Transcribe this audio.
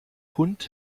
hund